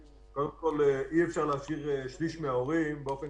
אי אפשר להשאיר שליש מההורים באופן